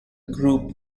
group